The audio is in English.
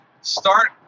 start